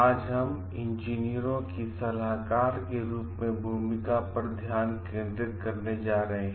आज हम इंजीनियरों की सलाहकार के रूप में भूमिका पर ध्यान केंद्रित करने जा रहे हैं